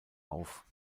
auf